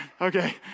Okay